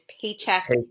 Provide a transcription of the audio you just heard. Paycheck